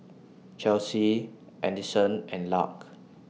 Chelsea Adyson and Lark